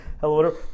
hello